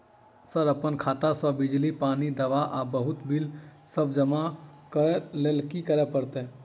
Sir अप्पन खाता सऽ बिजली, पानि, दवा आ बहुते बिल सब जमा करऽ लैल की करऽ परतै?